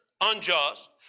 unjust